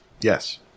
yes